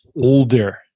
older